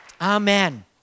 Amen